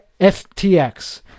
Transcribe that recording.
FTX